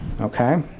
okay